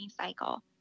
cycle